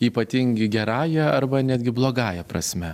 ypatingi gerąja arba netgi blogąja prasme